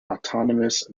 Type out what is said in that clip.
autonomous